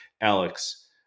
Alex